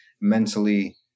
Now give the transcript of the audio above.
mentally